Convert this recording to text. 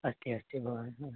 अस्ति अस्ति भवान्